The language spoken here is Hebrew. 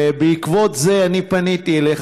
ובעקבות זה אני פניתי אליך,